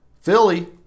Philly